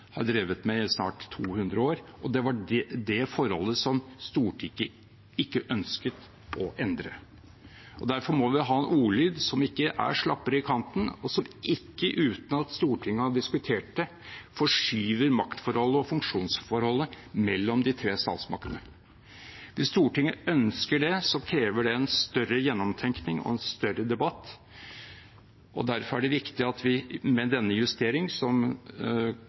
har drevet med i snart 200 år, og det var det forholdet Stortinget ikke ønsket å endre. Derfor må vi ha en ordlyd som ikke er slappere i kanten, og som ikke uten at Stortinget har diskutert det, forskyver maktforholdet og funksjonsforholdet mellom de tre statsmaktene. Hvis Stortinget ønsker det, krever det en større gjennomtenkning og en større debatt. Derfor er det viktig at vi med denne justeringen, som